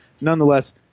nonetheless